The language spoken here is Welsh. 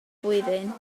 blwyddyn